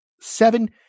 seven